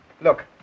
Look